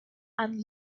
and